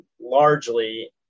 largely